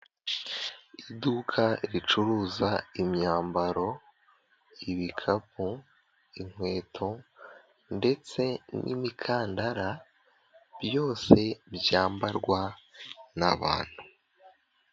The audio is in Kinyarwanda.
Iduka ricuruza imyambaro, ibikapu, inkweto ndetse n'imikandara byose byambarwa n'abantu.